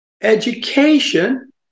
Education